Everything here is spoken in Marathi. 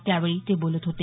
त्यावेळी ते बोलत होते